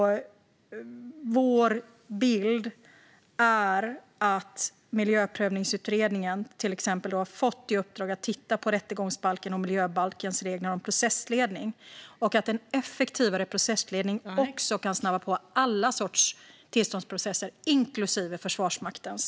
Vår bild är att Miljöprövningsutredningen har fått i uppdrag att titta på rättegångsbalkens och miljöbalkens regler om processledning och att en effektivare processledning kan snabba på alla sorts tillståndsprocesser, inklusive Försvarsmaktens.